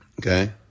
Okay